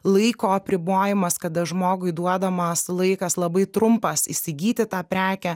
laiko apribojimas kada žmogui duodamas laikas labai trumpas įsigyti tą prekę